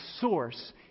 source